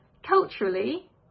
Culturally